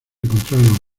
encontrarlo